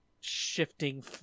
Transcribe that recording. shifting